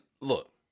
look